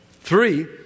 Three